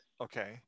Okay